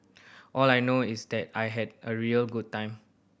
all I know is that I had a real good time